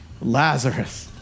Lazarus